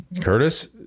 curtis